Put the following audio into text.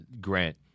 Grant